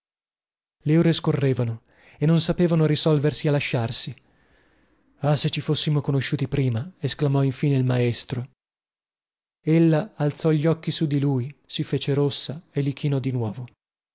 le ore scorrevano e non sapevano risolversi a lasciarsi ah se ci fossimo conosciuti prima esclamò infine il maestro ella alzò gli occhi su di lui si fece rossa e li chinò di nuovo